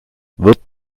wird